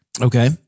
Okay